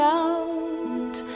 out